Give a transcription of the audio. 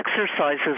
exercises